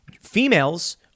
Females